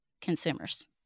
consumers